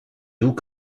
doux